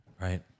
Right